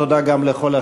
תודה גם לכל השואלים.